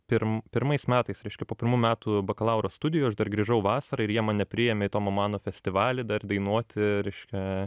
pirm pirmais metais reiškia po pirmų metų bakalauro studijų aš dar grįžau vasarą ir jie mane priėmė tomo mano festivaly dar dainuoti reiškia